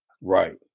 Right